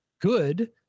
good